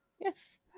Yes